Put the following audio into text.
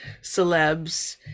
celebs